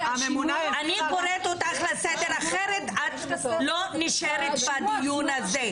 אני קוראת אותך לסדר, אחרת את לא נשארת בדיון הזה.